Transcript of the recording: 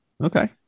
Okay